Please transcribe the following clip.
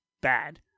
bad